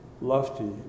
lofty